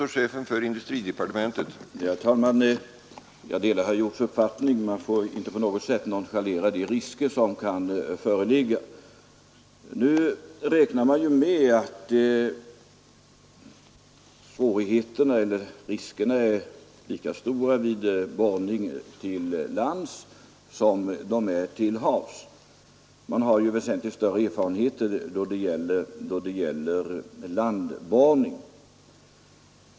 Herr talman! Jag delar herr Hjorths uppfattning. Man får inte på något sätt nonchalera de risker som kan föreligga. Nu räknar man ju med att riskerna är lika stora vid borrning till lands som de är till havs. Man har väsentligt större erfarenheter då det gäller landborrning.